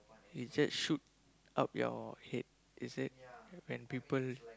it just shoot up your head is it when people